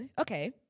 okay